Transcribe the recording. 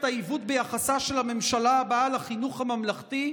העיוות ביחסה של הממשלה הבאה לחינוך הממלכתי,